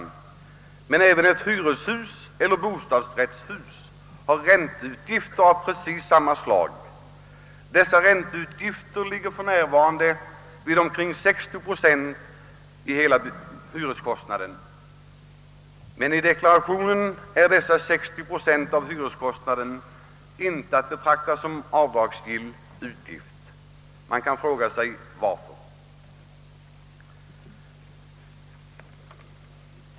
Även för ett hyreshus eller bostadsrättshus föreligger dylika ränteutgifter. Dessa ligger för närvarande på omkring 60 procent av hela hyreskost naden, men dessa 60 procent är icke att betrakta som avdragsgill utgift i deklarationen. Man kan fråga sig, varför det är på detta sätt.